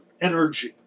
energy